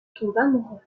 tombent